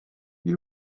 lui